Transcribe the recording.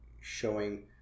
showing